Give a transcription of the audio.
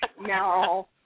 No